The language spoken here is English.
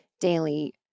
daily